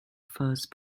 first